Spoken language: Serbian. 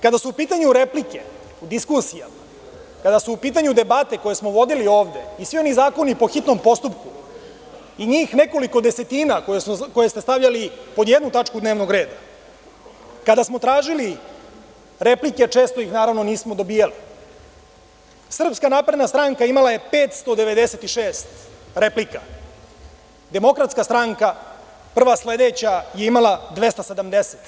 Kada su u pitanju replike diskusija, kada su u pitanju debate koje smo vodili ovde i svi oni zakoni po hitnom postupku i njih nekolik desetina koje ste stavljali pod jednu tačku dnevnog reda, kada smo tražili replike, često ih naravno nismo dobijali, SNS imala je 596 replika, DS prva sledeća je imala 270.